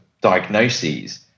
diagnoses